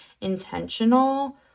intentional